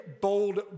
bold